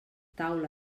taula